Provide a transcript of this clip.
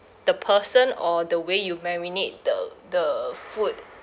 the person or the way you marinate the the food